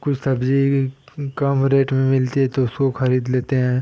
कुछ सब्ज़ी कम रेट में मिलती है तो उसको खरीद लेते हैं